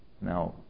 Now